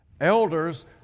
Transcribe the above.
Elders